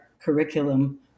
curriculum